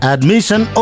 Admission